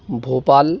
Bhopal